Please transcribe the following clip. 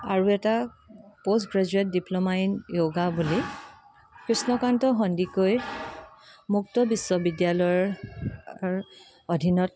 আৰু এটা post graduate diploma in yoga বুলি কৃষ্ণকান্ত সন্দিকৈৰ মুক্ত বিশ্ববিদ্যালয়ৰ অধীনত